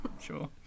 Sure